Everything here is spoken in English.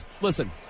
listen